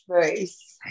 face